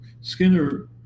Skinner